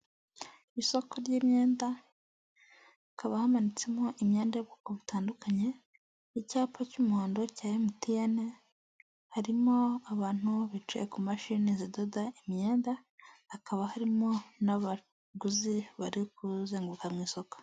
Isoko ry'imyenda hakaba hamanitsemo imyenda y'ubwoko butandukanye, icyapa cy'umuhondo cya MTN, harimo abantu bicaye ku mashini zidoda imyenda, hakaba harimo n'abaguze bari kuzenguruka mu isoko.